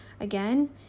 again